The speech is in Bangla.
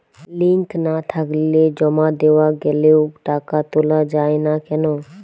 লিঙ্ক না থাকলে জমা দেওয়া গেলেও টাকা তোলা য়ায় না কেন?